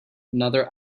another